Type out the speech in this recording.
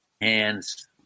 hands